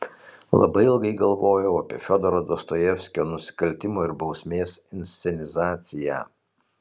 labai ilgai galvojau apie fiodoro dostojevskio nusikaltimo ir bausmės inscenizaciją